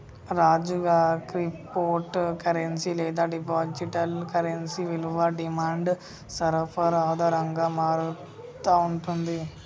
రాజుగా, crypto currency లేదా digital currency విలువ డిమాండ్ సరఫరా ఆధారంగా మారతా ఉంటుంది